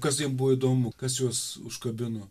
kas jiem buvo įdomu kas jus užkabino